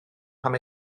pam